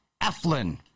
Eflin